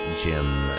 Jim